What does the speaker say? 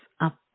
up